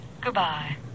Goodbye